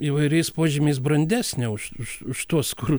įvairiais požymiais brandesnė už už už tuos kur